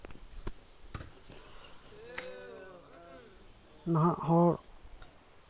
ᱱᱟᱦᱟᱜ ᱦᱚᱲ